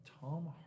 Tom